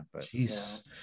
Jesus